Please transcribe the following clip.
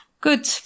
Good